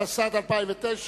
התשס”ט 2009,